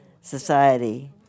Society